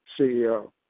CEO